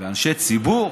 אנשי ציבור.